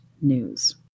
news